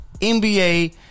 NBA